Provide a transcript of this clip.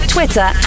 Twitter